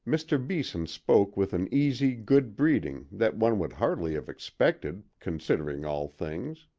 mr. beeson spoke with an easy good breeding that one would hardly have expected, considering all things.